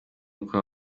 uko